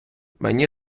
мені